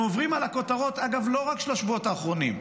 אנחנו עוברים על הכותרות לא רק של השבועות האחרונים,